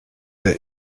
der